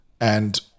And-